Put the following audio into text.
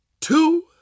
two